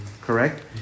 Correct